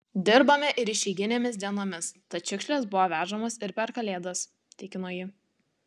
dirbame ir išeiginėmis dienomis tad šiukšlės buvo vežamos ir per kalėdas tikino ji